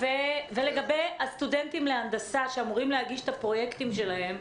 ולגבי הסטודנטים להנדסה שאמורים להגיש את הפרויקטים שלהם,